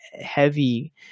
heavy